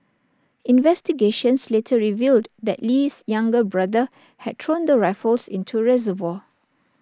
investigations later revealed that Lee's younger brother had thrown the rifles into reservoir